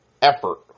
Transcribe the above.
Effort